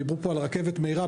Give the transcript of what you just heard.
דיברו כאן על רכבת מהירה,